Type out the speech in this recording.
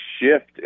shift